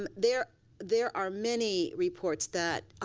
um there there are many reports that